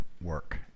work